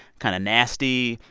kind of nasty,